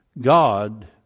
God